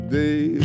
day